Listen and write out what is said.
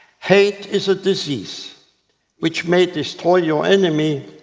hate is a disease which may destroy your enemy,